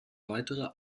weitere